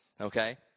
okay